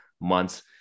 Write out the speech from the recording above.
months